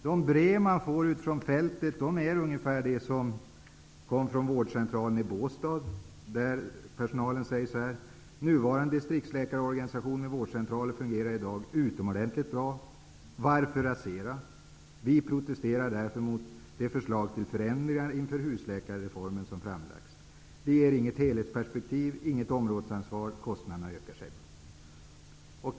De brev man får ute ifrån fältet är ungefär som det som kom från vårdcentralen i Båstad, där personalen sade: Nuvarande distriktsläkarorganisation med vårdcentraler fungerar i dag utomordenligt bra. Varför rasera den? Vi protesterar därför mot det förslag till förändringar inför husläkarreformen som framlagts. Det ger inget helhetsperspektiv och inget områdesansvar, och kostnaderna ökar, säger man.